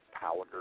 powder